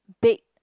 bake